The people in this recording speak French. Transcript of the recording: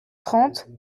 trente